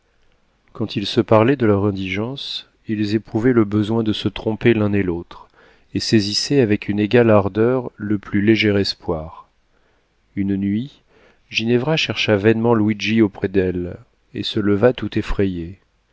quand ils se parlaient de leur indigence ils éprouvaient le besoin de se tromper l'un et l'autre et saisissaient avec une égale ardeur le plus léger espoir une nuit ginevra chercha vainement luigi auprès d'elle et se leva tout effrayée